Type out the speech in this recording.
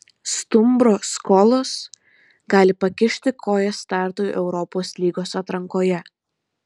stumbro skolos gali pakišti koją startui europos lygos atrankoje